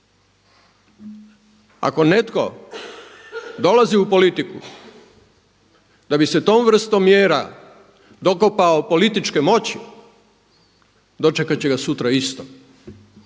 Ako netko dolazi u politiku da bi se tom vrstom mjera dokopao političke moći dočekati će ga sutra isto,